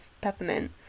peppermint